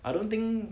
I don't think